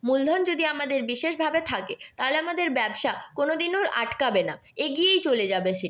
মূলধন যদি আমাদের বিশেষভাবে থাকে তাহলে আমাদের ব্যবসা কোনো দিনও আটকাবে না এগিয়েই চলে যাবে সেটি